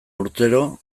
urtero